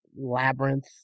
labyrinth